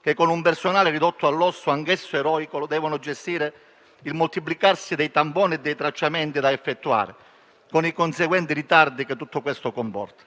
che con un personale ridotto all'osso, anch'esso eroico, devono gestire il moltiplicarsi dei tamponi e dei tracciamenti da effettuare, con i conseguenti ritardi che tutto questo comporta.